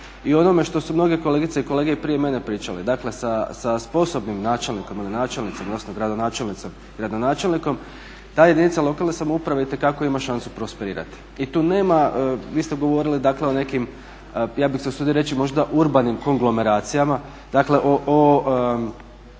i onome što su mnoge kolegice i kolege i prije mene pričale. Dakle sa sposobnim načelnikom ili načelnicom … i gradonačelnikom ta jedinice lokalne samouprave itekako ima šansu prosperirati i tu nema, vi ste govorili o nekim ja bih se usudio reći možda urbanim konglomeracijama, dakle o